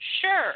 Sure